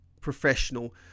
professional